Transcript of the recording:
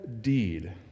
deed